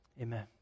Amen